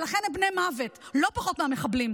ולכן הם בני מוות לא פחות מהמחבלים.